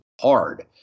hard